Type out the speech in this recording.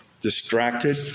distracted